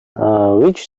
which